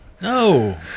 No